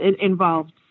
involved